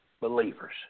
Believers